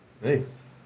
Nice